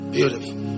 Beautiful